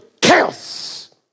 chaos